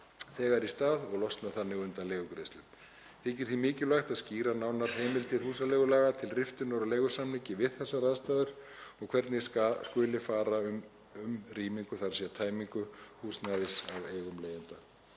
þegar í stað og losna þannig undan leigugreiðslum. Þykir því mikilvægt að skýra nánar heimildir húsaleigulaga til riftunar á leigusamningi við þessar aðstæður og hvernig skuli fara um rýmingu, þ.e. tæmingu, húsnæðisins af eigum leigjanda.